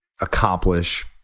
accomplish